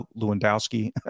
Lewandowski